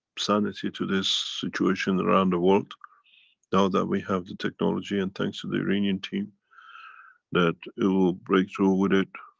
sanity to this situation around the world now that we have the technology and thanks to the iranian team that it will break through with it.